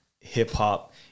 hip-hop